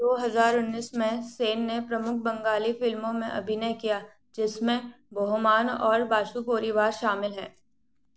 दो हज़ार उन्नीस में सेन ने प्रमुख बंगाली फ़िल्मों में अभिनय किया जिसमें बोहोमान और बासु परिवार शामिल हैं